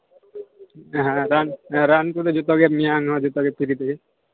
ᱦᱮᱸ ᱦᱮᱸ ᱨᱟᱱ ᱨᱟᱱ ᱠᱚᱞᱮ ᱡᱚᱛᱚᱜᱮ ᱧᱟᱢᱟ ᱡᱚᱛᱚᱜᱮ ᱯᱷᱤᱨᱤ ᱛᱮᱜᱮ